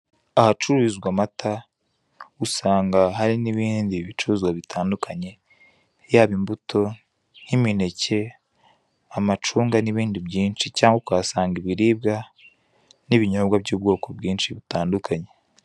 Ahacururizwa amata, usanga hari n'ibindi bicuruzwa bitandukanye, yaba imbuto, nk'imineke, amacunga n'ibindi byinshi, cyangwa ukahasanga ibiribwa n'ibinyobwa by'ubwoko bwinshi, butandukanye.